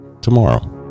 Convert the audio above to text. tomorrow